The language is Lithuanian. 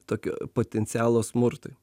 tokio potencialo smurtui